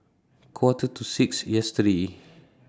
Quarter to six yesterday